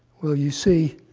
well, you see,